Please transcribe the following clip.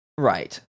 Right